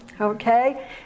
Okay